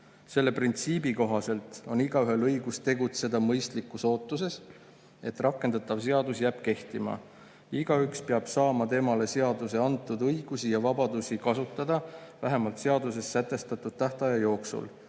Selle printsiibi kohaselt on igaühel õigus tegutseda mõistlikus ootuses, et rakendatav seadus jääb kehtima. Igaüks peab saama temale seadusega antud õigusi ja vabadusi kasutada vähemalt seaduses sätestatud tähtaja jooksul.